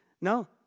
No